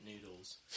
noodles